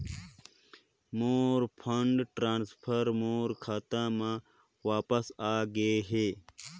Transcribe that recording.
मोर fund transfer मोर खाता म वापस आ गे हे